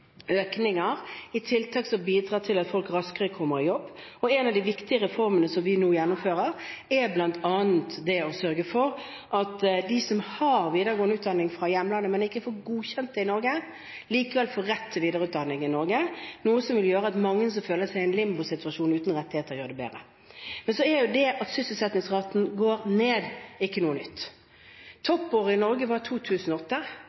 økninger i tiltak som bidrar til at folk raskere kommer i jobb. En av de viktige reformene som vi nå gjennomfører, er bl.a. å sørge for at de som har videregående utdanning fra hjemlandet, men som ikke får godkjent den i Norge, likevel får rett til videreutdanning i Norge, noe som vil gjøre at mange som føler seg i en limbosituasjon uten rettigheter, gjør det bedre. Det at sysselsettingsraten går ned, er ikke noe nytt. Toppåret i Norge var 2008.